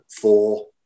four